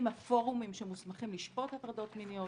מי הם הפורומים שמוסמכים לשפוט הטרדות מיניות,